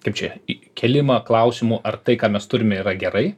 kaip čia į kėlimą klausimų ar tai ką mes turime yra gerai